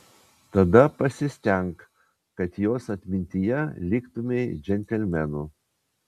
tada pasistenk kad jos atmintyje liktumei džentelmenu